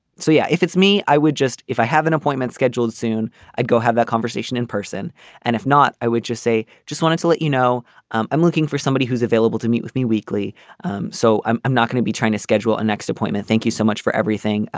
so yeah if it's me i would just if i have an appointment scheduled soon i'd go have that conversation in person and if not i would just say just wanted to let you know i'm i'm looking for somebody who's available to meet with me weekly um so i'm i'm not going to be trying to schedule a next appointment. thank you so much for everything.